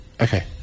okay